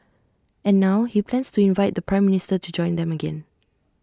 and now he plans to invite the Prime Minister to join them again